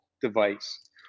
device